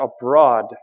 abroad